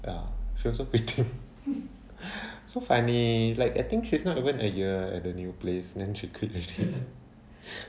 ya she was a victim so funny like I think she's not even a year at a new place then she quit already